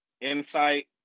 insight